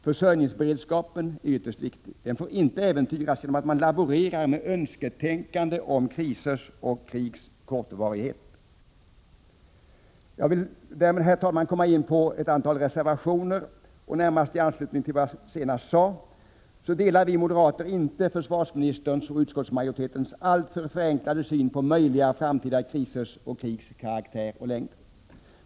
= Försörjningsberedskapen är ytterst viktig. Den får inte äventyras genom att man laborerar med önsketänkanden om krisers och krigs kortvarighet. Jag vill därmed, herr talman, komma in på ett antal reservationer. I anslutning till det som jag senast sade delar vi moderater inte försvarsministerns och utskottsmajoritetens alltför förenklade syn på möjliga framtida krisers och krigs karaktär och längd.